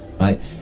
Right